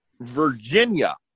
Virginia